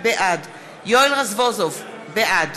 בעד יואל רזבוזוב, בעד